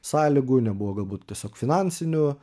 sąlygų nebuvo galbūt tiesiog finansinių